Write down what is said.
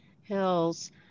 Hills